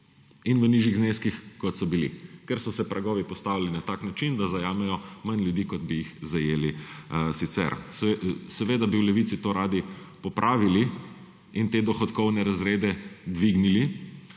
in v nižjih zneskih, kot so bili, ker so se pragovi postavili na tak način, da zajamejo manj ljudi, kot bi jih zajeli sicer. Seveda bi v Levici to radi popravili in te dohodkovne razrede dvignili,